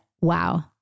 wow